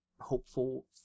hopeful